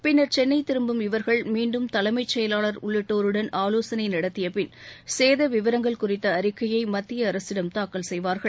பின்ளர் சென்னை திரும்பும் இவர்கள் மீண்டும் தலைமைச் செயவாளர் உள்ளிட்டோருடன் ஆவோசனை நடத்தியபின் சேத விவரங்கள் குறித்த அறிக்கையை மத்திய அரசிடம் தாக்கல் செய்வார்கள்